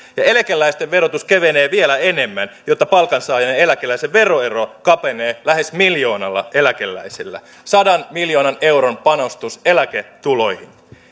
eläkeläisten verotus kevenee vielä enemmän jotta palkansaajan ja eläkeläisen veroero kapenee lähes miljoonalla eläkeläisellä sadan miljoonan euron panostus eläketuloihin